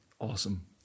Awesome